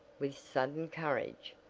with sudden courage.